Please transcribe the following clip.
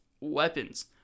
weapons